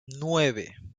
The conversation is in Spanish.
nueve